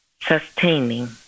sustaining